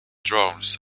drones